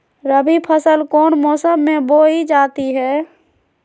रबी फसल कौन मौसम में बोई जाती है?